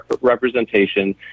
representation